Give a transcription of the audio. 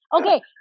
okay